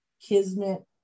kismet